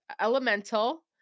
elemental